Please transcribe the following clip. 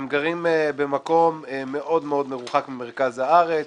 הם גרים במקום מאוד-מאוד מרוחק ממרכז הארץ